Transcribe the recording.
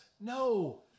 No